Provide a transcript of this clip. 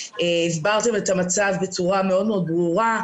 הסברת את המצב בצורה מאוד ברורה.